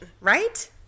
right